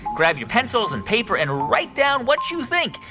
grab your pencils and paper and write down what you think.